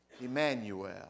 Emmanuel